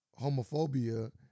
homophobia